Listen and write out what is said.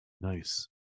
Nice